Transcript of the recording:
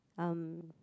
um